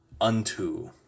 Unto